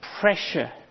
pressure